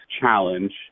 challenge